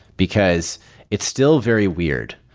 because it's still very weird,